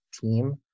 team